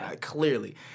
clearly